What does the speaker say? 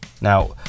Now